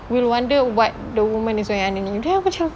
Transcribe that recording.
will wonder what the woman is wearing underneath then aku macam